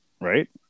right